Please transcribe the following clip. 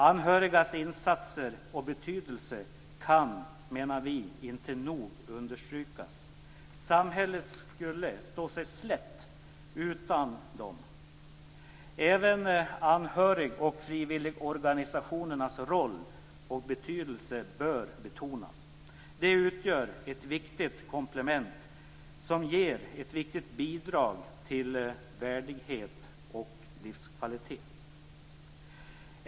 Anhörigas insatser och betydelse kan inte nog understrykas. Samhället skulle stå sig slätt utan dem. Även anhörig och frivilligorganisationernas roll och betydelse bör betonas. De utgör ett viktigt komplement som ger ett viktigt bidrag till värdighet och livskvalitet.